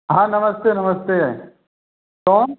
हाँ नमस्ते नमस्ते कौन